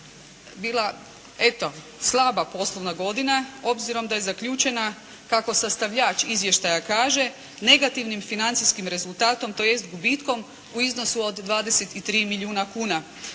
eto slaba poslovna godina, obzirom da je zaključena, kako sastavljač izvještaja kaže, negativnim financijskim rezultatom tj. gubitkom u iznosu od 23 milijuna kuna.